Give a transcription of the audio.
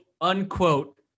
unquote